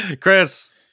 Chris